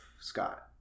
Scott